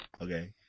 okay